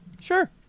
Sure